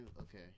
Okay